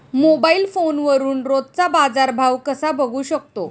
Mobile फोनवरून रोजचा बाजारभाव कसा बघू शकतो?